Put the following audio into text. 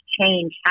change